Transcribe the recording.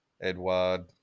Edward